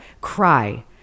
cry